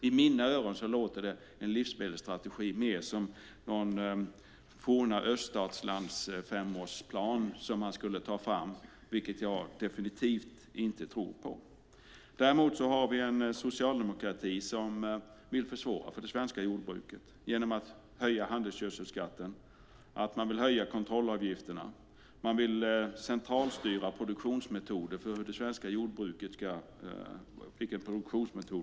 I mina öron låter en livsmedelsstrategi mer som att ta fram en femårsplan i ett fornt öststatsland, något som jag definitivt inte tror på. Däremot har vi en socialdemokrati som vill försvåra för det svenska jordbruket genom att höja handelsgödselskatten och kontrollavgifterna och ha centrala produktionsmetoder för det svenska jordbruket.